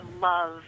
love